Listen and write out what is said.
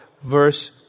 verse